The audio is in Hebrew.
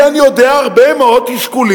כי אני יודע על הרבה מאוד תסכולים